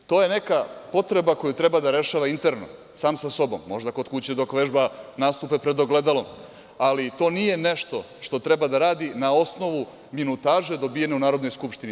To je neka potreba koju treba da rešava interno, sam sa sobom, možda kod kuće kada vežba nastupe pred ogledalom, ali to nije nešto što treba da radi na osnovu minutaže dobijene u Narodnoj skupštini.